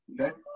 Okay